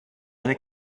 eine